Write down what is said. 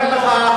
ואני אומר לך,